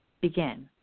begin